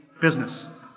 business